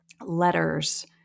letters